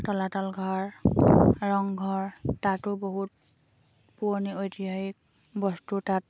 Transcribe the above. তলাতল ঘৰ ৰংঘৰ তাতো বহুত পুৰণি ঐতিহাসিক বস্তু তাত